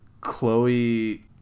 Chloe